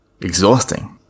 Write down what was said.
exhausting